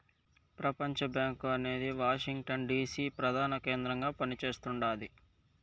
ప్రపంచబ్యాంకు అనేది Washington DC ప్రదాన కేంద్రంగా పని చేస్తుండాది